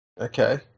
Okay